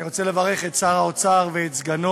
אני רוצה לברך את שר האוצר ואת סגנו